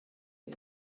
you